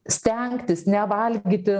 stengtis nevalgyti